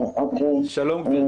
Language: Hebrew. שלום.